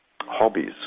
hobbies